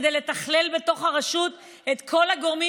כדי לתכלל בתוך הרשות את כל הגורמים